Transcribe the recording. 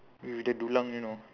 with the dulang you know